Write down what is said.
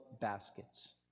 baskets